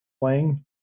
playing